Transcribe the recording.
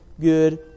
good